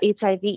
HIV